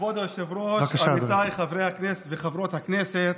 כבוד היושב-ראש, עמיתיי חברי הכנסת וחברות הכנסת,